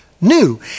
new